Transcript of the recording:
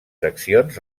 seccions